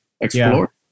explore